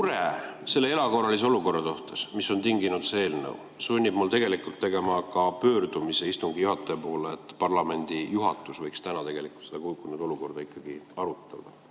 mure selle erakorralise olukorra suhtes, mille on tinginud see eelnõu, sunnib mind tegelikult tegema pöördumist istungi juhataja poole, et parlamendi juhatus võiks täna tegelikult seda olukorda ikkagi arutada.